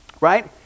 Right